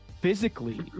physically